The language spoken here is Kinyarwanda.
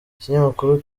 ikinyamakuru